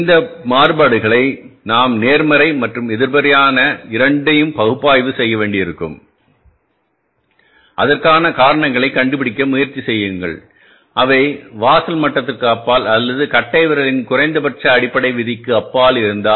இந்த மாறுபாடுகளை நாம் நேர்மறை மற்றும் எதிர்மறையான இரண்டையும் பகுப்பாய்வு செய்ய வேண்டியிருக்கும் அதற்கான காரணங்களைக் கண்டுபிடிக்க முயற்சி செய்யுங்கள் அவை வாசல் மட்டத்திற்கு அப்பால் அல்லது கட்டைவிரலின் குறைந்தபட்ச அடிப்படை விதிக்கு அப்பால் இருந்தால்